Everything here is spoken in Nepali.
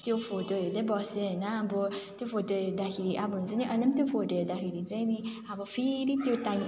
त्यो फोटो हेर्दै बसेँ होइन अब त्यो फोटो हेर्दाखेरि अब हुन्छ नि त्यो अहिले पनि त्यो फोटो हेर्दाखेरि चाहिँ नि अब फेरि त्यो टाइम